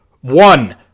One